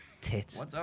Tits